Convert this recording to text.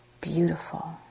beautiful